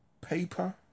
paper